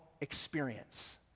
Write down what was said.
experience